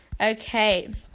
Okay